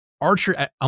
archer